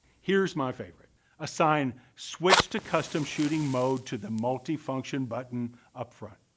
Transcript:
here's my favorite assign switch to custom shooting mode to the multi-function button up front.